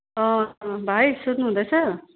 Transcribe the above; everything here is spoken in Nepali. अँ भाइ सुन्नु हुँदैछ